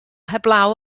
heblaw